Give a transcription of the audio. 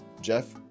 Jeff